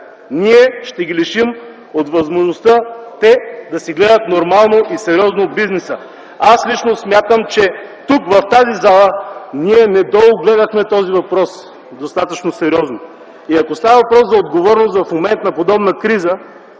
ще ги лишим от възможността да си гледат нормално и сериозно бизнеса. Аз лично смятам, че тук, в тази зала, ние недогледахме този въпрос достатъчно сериозно. Ако става въпрос за отговорност в момент на подобна криза,